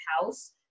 house